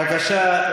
בבקשה,